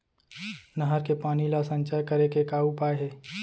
नहर के पानी ला संचय करे के का उपाय हे?